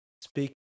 speak